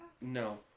No